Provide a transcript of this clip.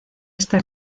esta